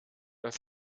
dass